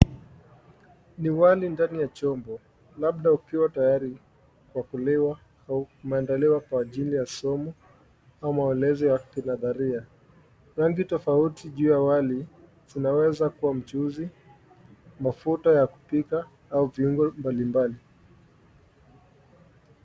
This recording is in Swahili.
Ni wali ndani ya chombo labda ukiwa tayari kwa kuliwa au kumeandaliwa kwa ajili ya somo ama ulezi ya kiladharia. Rangi tofauti juu ya wali, inaweza kuwa mchuzi, mafuta ya kupika au viungo mbalimbali.